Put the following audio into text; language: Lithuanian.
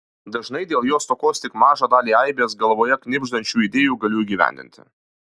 dažnai dėl jo stokos tik mažą dalį aibės galvoje knibždančių idėjų galiu įgyvendinti